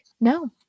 No